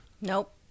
Nope